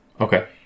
Okay